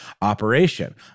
operation